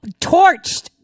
torched